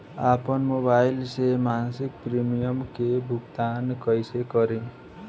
आपन मोबाइल से मसिक प्रिमियम के भुगतान कइसे करि?